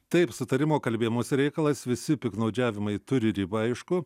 taip sutarimo kalbėjimosi reikalas visi piktnaudžiavimai turi ribą aišku